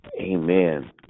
Amen